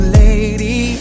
lady